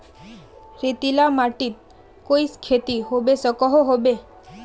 रेतीला माटित कोई खेती होबे सकोहो होबे?